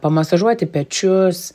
pamasažuoti pečius